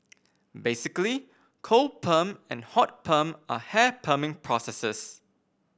basically cold perm and hot perm are hair perming processes